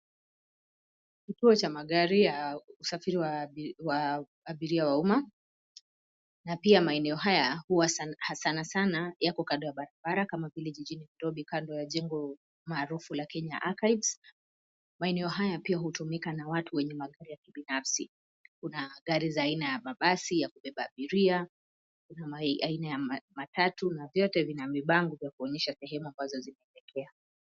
Kituo cha magari ya usafiri wa abiria wa umma na pia maeneo haya huwa sana sana yako kando ya barabara kama vile jijini Nairobi kando ya jengo maarufu la Kenya Archives . Maeneo haya pia hutumika na watu wenye magari ya kibinafsi. Kuna gari za aina ya mabasi ya kubeba abiria, kuna aina ya matatu na vyote vina vibango vya kuonyesha sehemu ambazo zimeelekea.